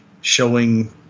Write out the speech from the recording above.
showing